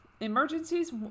Emergencies